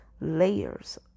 layers